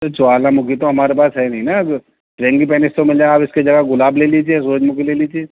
جوالا مکھی تو ہمارے پاس ہے نہیں نا فرنگی پینس تو مل جائے گا آپ اس کے جگہ گلاب لے لیجیے سورج مکھی لے لیجیے